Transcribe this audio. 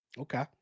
Okay